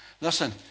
Listen